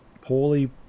poorly